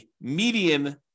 median